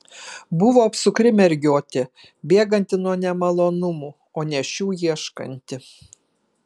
buvo apsukri mergiotė bėganti nuo nemalonumų o ne šių ieškanti